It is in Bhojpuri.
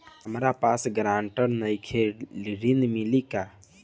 हमरा पास ग्रांटर नईखे ऋण मिली का?